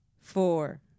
Four